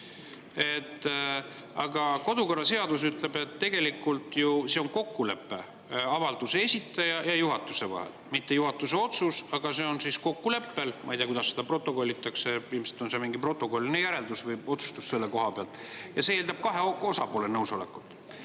aga kodukorraseadus ütleb, et tegelikult on see ju kokkulepe avalduse esitaja ja juhatuse vahel. See ei ole mitte juhatuse otsus, see on kokkulepe. Ma ei tea, kuidas seda protokollitakse, ilmselt on see mingi protokolliline järeldus või otsustus selle koha pealt, ja see eeldab kahe osapoole nõusolekut.